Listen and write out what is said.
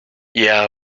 yeah